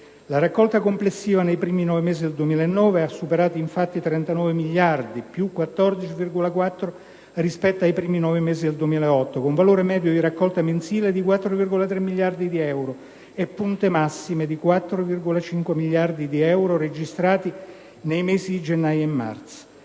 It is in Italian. La raccolta complessiva nei primi nove mesi del 2009 ha superato infatti i 39 miliardi (+14,4 rispetto ai primi nove mesi del 2008), con valore medio di raccolta mensile di 4,3 miliardi di euro e punte massime di 4,5 miliardi di euro registrati nei mesi di gennaio e marzo.